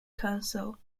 council